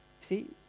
See